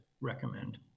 recommend